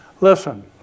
listen